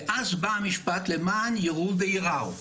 ואז בא המשפט: למען יראו וייראו.